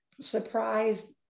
surprise